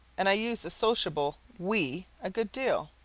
and i used the sociable we a good deal,